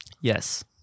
Yes